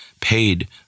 paid